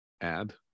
add